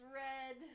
red